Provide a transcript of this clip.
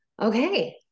Okay